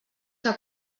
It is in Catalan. que